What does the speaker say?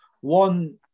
One